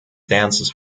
dances